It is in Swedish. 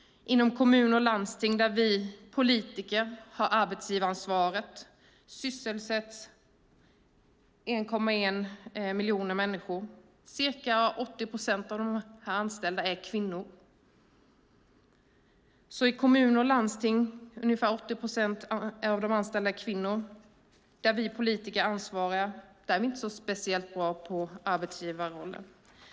Inom kommuner och landsting där vi politiker har arbetsgivaransvaret sysselsätts 1,1 miljoner människor. Ca 80 procent av dessa är kvinnor, så i kommuner och landsting där vi politiker alltså är ansvariga är vi inte speciellt bra på arbetsgivarrollen.